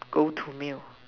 go to meal